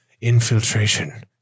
infiltration